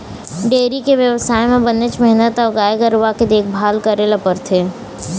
dairy के बेवसाय म बनेच मेहनत अउ गाय गरूवा के देखभाल करे ल परथे